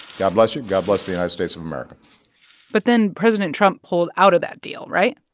god bless you. god bless the united states of america but then president trump pulled out of that deal, right?